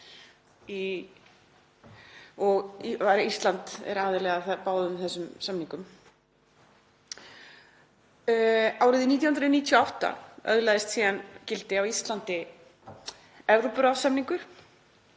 og er Ísland aðili að báðum þessum samningum. Árið 1998 öðlaðist síðan gildi á Íslandi Evrópuráðssamningur